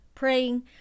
Praying